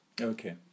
Okay